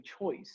choice